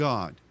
God